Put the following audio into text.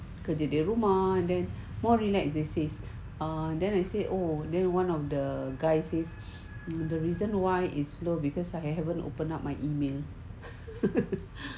kerja dari rumah more relax they says ah then they say oh then one of the guys is the reason why it's slow because I haven't open up my email